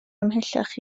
ymhellach